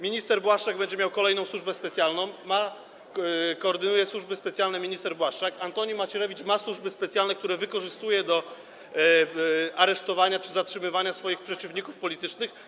Minister Błaszczak będzie miał kolejną służbę specjalną, pan minister koordynuje służby specjalne, Antoni Macierewicz ma służby specjalne, które wykorzystuje do aresztowania czy zatrzymywania swoich przeciwników politycznych.